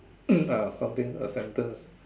uh something a sentence